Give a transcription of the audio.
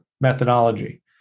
methodology